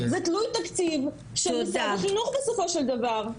זה תלוי תקציב של משרד החינוך בסופו של דבר.